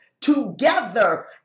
Together